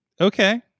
Okay